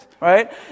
right